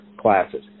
classes